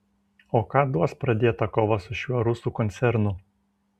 o ką duos pradėta kova su šiuo rusų koncernu